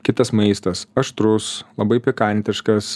keptas maistas aštrus labai pikantiškas